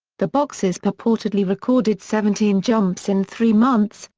the boxes purportedly recorded seventeen jumps in three months,